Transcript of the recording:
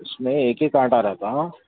اِس میں ایک ہی کانٹا رہتا ہاں